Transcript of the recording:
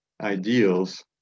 ideals